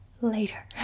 later